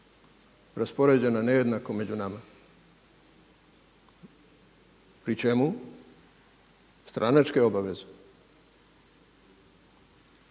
raspoređena nejednako među nama, pri čemu stranačke obaveze